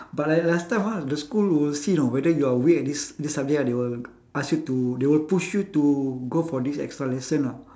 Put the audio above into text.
but like last time ah the school will see know whether you are weak at this this subject they will ask you to they will push you to go for this extra lesson ah